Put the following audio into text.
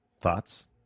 thoughts